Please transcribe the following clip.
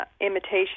imitation